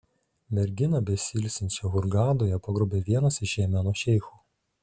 merginą besiilsinčią hurgadoje pagrobė vienas iš jemeno šeichų